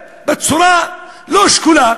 בצורה לא שקולה,